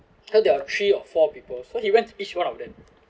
so there're three or four people so he went to each one of them